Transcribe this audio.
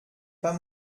pas